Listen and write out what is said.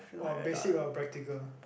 or basic or practical